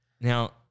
now